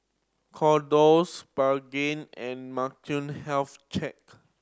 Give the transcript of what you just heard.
Kordel's Pregain and health check